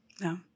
No